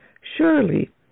Surely